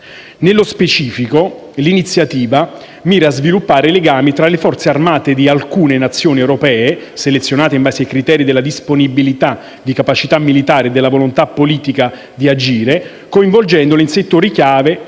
Nello specifico, l'iniziativa mira a sviluppare legami tra le Forze armate di alcune Nazioni europee, selezionate in base ai criteri della disponibilità di capacità militare e della volontà politica di agire, coinvolgendole in settori chiave